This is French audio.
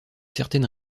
certaine